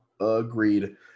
Agreed